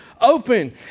open